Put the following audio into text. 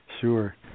sure